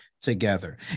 together